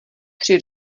při